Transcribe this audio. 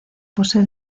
posee